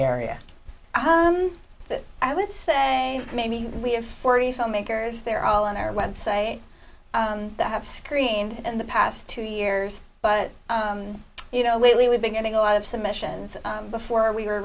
area but i would say maybe we have forty filmmakers there all on our website that have screened in the past two years but you know lately we've been getting a lot of submissions before we were